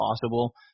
possible